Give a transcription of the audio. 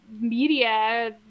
media